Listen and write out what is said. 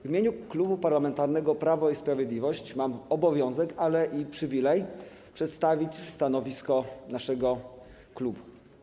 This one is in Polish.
W imieniu Klubu Parlamentarnego Prawo i Sprawiedliwość mam obowiązek, ale i przywilej przedstawić stanowisko naszego klubu.